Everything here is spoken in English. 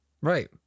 right